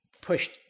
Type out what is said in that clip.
pushed